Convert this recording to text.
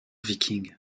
viking